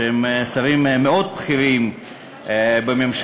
שהם שרים מאוד בכירים בממשלה,